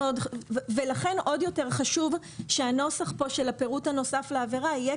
ולכן עוד יותר חשוב שהנוסח של הפירוט הנוסף לעבירה יהיה